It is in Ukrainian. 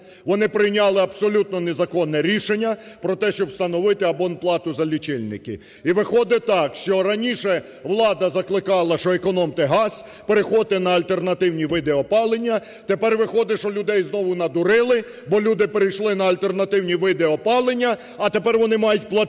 Вони прийняли абсолютно незаконне рішення про те, щоб встановити абонплату за лічильники. І виходить так, що раніше влада закликала, що економте газ, переходьте на альтернативні види опалення. Тепер виходить, що людей знову надурили, бо люди перейшли на альтернативні види опалення. А тепер вони мають платити